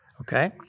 Okay